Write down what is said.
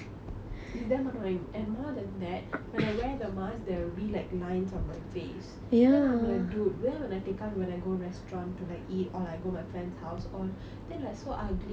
it's damn annoying and more than that when I wear the masks there will be like lines on my face then I'm like dude where when I take out when I go restaurant to like eat or like go my friend's house all then like so ugly !wah!